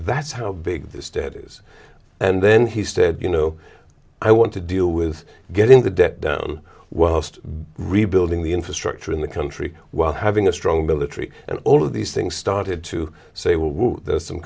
that's how big this debt is and then he said you know i want to deal with getting the debt down whilst rebuilding the infrastructure in the country while having a strong military and all of these things started to say well there's some